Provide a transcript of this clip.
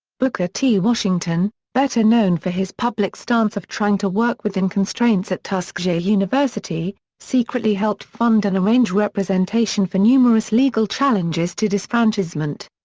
booker t. washington, better known for his public stance of trying to work within constraints at tuskegee university, secretly helped fund and arrange representation for numerous legal challenges to disfranchisement.